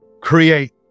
create